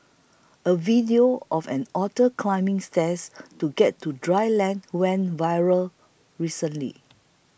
a video of an otter climbing stairs to get to dry land went viral recently